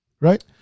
Right